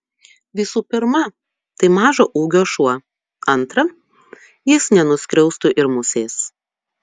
visų pirma tai mažo ūgio šuo antra jis nenuskriaustų ir musės